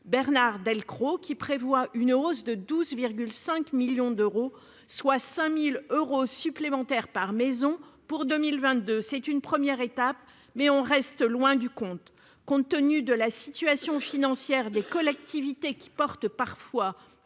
Bernard Delcros, qui prévoit une hausse de 12 5 millions d'euros, soit 5000 euros supplémentaires par maison pour 2022, c'est une première étape, mais on reste loin du compte, compte tenu de la situation financière des collectivités qui portent parfois